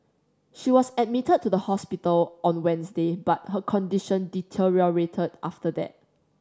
she was admitted to the hospital on Wednesday but her condition deteriorated after that